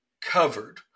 covered